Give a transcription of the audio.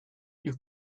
you